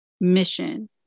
mission